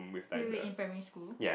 wait wait wait in primary school